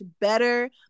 better